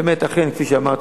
באמת אכן כפי שאמרת,